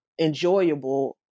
enjoyable